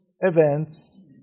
events